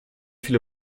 viele